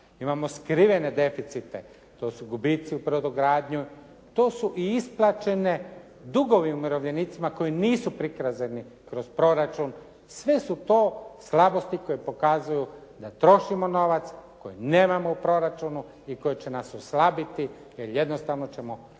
Imamo skrivene deficite. To su gubitci u brodogradnji, to su i isplaćene dugovi umirovljenicima koji nisu prikazani kroz proračun. Sve su to slabosti koje pokazuju da trošimo novac koji nemamo u proračunu i koji će nas oslabiti jer jednostavno ćemo biti